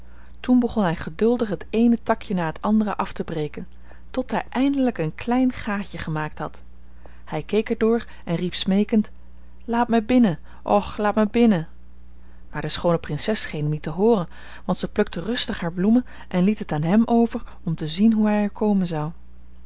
toen begon hij geduldig het eene takje na het andere af te breken tot hij eindelijk een klein gaatje gemaakt had hij keek er door en riep smeekend laat mij binnen och laat me binnen maar de schoone prinses scheen hem niet te hooren want zij plukte rustig haar bloemen en liet het aan hem over om te zien hoe hij er komen zou